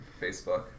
Facebook